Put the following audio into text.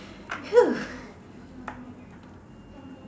!whew!